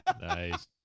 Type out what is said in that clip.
Nice